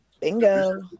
Bingo